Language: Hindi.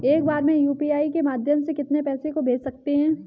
एक बार में यू.पी.आई के माध्यम से कितने पैसे को भेज सकते हैं?